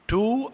Two